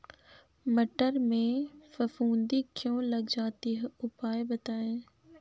मटर में फफूंदी क्यो लग जाती है उपाय बताएं?